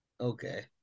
Okay